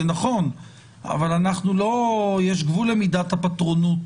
זה נכון אבל יש גבול למידת הפטרונות